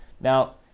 Now